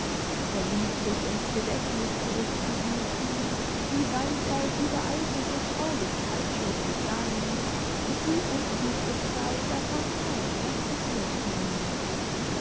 vermied sich in's gedächtniß zurückzurufen wie weit er in übereilter vertraulichkeit schon gegangen und wie unklug es sei davon keine kenntniß mehr zu nehmen